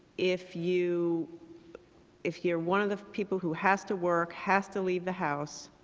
if you if you're one of the people who has to work, has to leave the house,